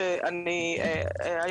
לגבי החיסכון למשפחה,